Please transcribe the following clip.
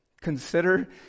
consider